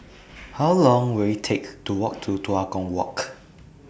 How Long Will IT Take to Walk to Tua Kong Walk